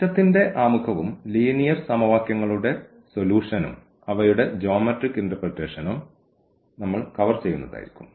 സിസ്റ്റത്തിന്റെ ആമുഖവും ലീനിയർ സമവാക്യങ്ങളുടെ സൊല്യൂഷനും അവയുടെ ജ്യോമെട്രിക് ഇന്റെർപ്രെറ്റേഷനും നമ്മൾ കവർ ചെയ്യുന്നതായിരിക്കും